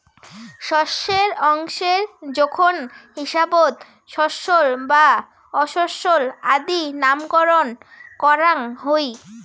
শস্যর অংশের জোখন হিসাবত শস্যল বা অশস্যল আদি নামকরণ করাং হই